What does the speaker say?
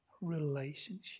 relationship